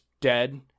dead